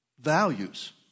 values